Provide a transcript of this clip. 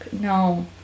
no